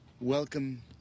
welcome